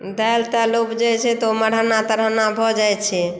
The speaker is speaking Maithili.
दालि तालि ऊपजै छै तऽ ओ मरहन्ना तरहन्ना भऽ जाइत छै